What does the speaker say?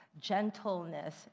gentleness